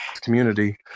community